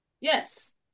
Yes